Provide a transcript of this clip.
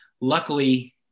luckily